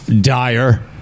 dire